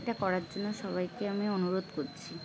এটা করার জন্য সবাইকে আমি অনুরোধ করছি